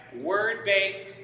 Word-based